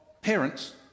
parents